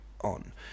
on